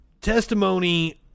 testimony